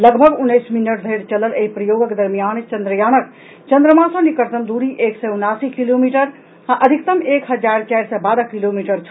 लगभग उनैस मिनट धरि चलल एहि प्रयोगक दरमियान चन्द्रयानक चन्द्रमा सॅ निकटतम दूरी एक सय उनासी किलोमीटर आ अधिकतम एक हजार चारि सय बारह किलोमीटर छल